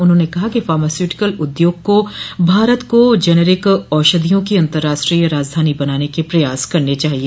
उन्होंने कहा कि फॉर्मास्युटिकल उद्योग को भारत को जेनेरिक औषधियों की अंतर्राष्ट्रीय राजधानी बनाने के प्रयास करने चाहिए